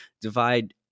divide